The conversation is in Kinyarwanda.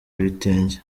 ibitenge